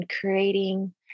creating